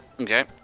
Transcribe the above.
Okay